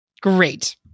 Great